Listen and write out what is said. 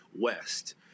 west